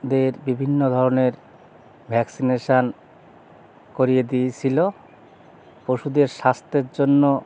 দের বিভিন্ন ধরনের ভ্যাক্সিনেশেন করিয়ে দিয়েছিলো পশুদের স্বাস্থ্যের জন্য